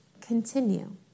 continue